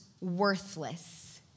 worthless